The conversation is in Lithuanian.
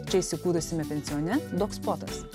čia įsikūrusiame pensione dogspotas